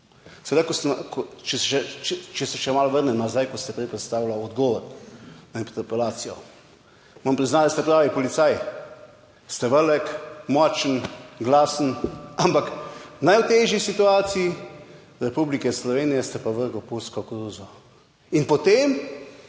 koruzo. Če se še malo vrnem nazaj, ko ste prej predstavljal odgovor na interpelacijo. Moram priznati, da ste pravi policaj, ste velik, močen, glasen, ampak v najtežji situaciji Republike Slovenije ste pa vrgel puško v koruzo in potem